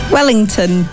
Wellington